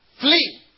Flee